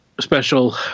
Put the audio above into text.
special